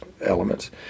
elements